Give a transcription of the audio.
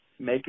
make